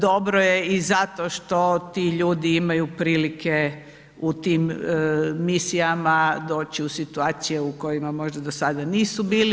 Dobro je i zato što ti ljudi imaju prilike u tim misijama doći u situacije u kojima možda do sada nisu bili.